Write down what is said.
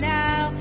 now